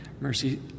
mercy